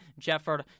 Jefford